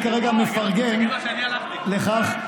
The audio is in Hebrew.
תשלחו את הילדים שלכם ללמוד תורה,